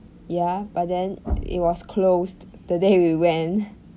ya but then it was closed the day we went